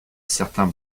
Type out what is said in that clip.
certains